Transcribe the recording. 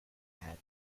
hat